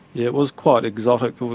it was quite exotic.